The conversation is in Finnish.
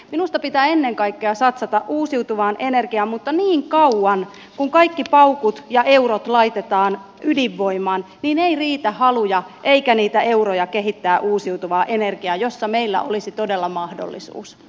minusta pitää ennen kaikkea satsata uusiutuvaan energiaan mutta niin kauan kuin kaikki paukut ja eurot laitetaan ydinvoimaan ei riitä haluja eikä niitä euroja kehittää uusiutuvaa energiaa jossa meillä olisi todella mahdollisuus